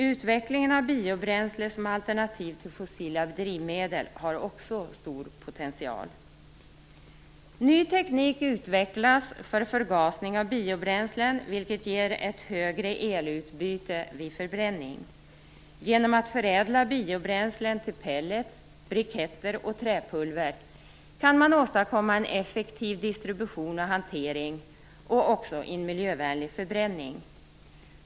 Utvecklingen av biobränslen som alternativ till fossila drivmedel har också en stor potential. Ny teknik utvecklas för förgasning av biobränslen, vilket ger ett större elutbyte vid förbränning. Genom att förädla biobränslen till pellets, briketter och träpulver kan man åstadkomma en effektiv distribution och hantering samt en miljövänlig förbränning.